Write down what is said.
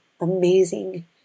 amazing